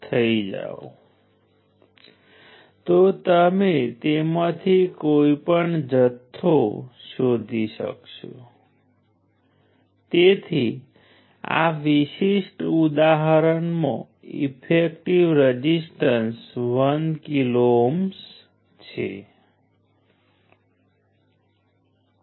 આનાથી 2000 millijoule અથવા 2 joule energy દૂર નહીં થાય પરંતુ ખૂબ જ સરળ ગણતરી મારફતે જેમ તમે રઝિસ્ટર ઉપરના વોલ્ટેજ અથવા રઝિસ્ટરનો કરંટ જાણો છો તેમ તમે કેટલાક આપેલા અંતરાલમાં રઝિસ્ટરને ડીલીવર થતો પાવર અથવા રઝિસ્ટરને ડીલીવર થતી એનર્જીની ગણતરી કરવા સક્ષમ હોવા જોઈએ